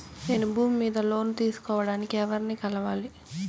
నేను భూమి మీద లోను తీసుకోడానికి ఎవర్ని కలవాలి?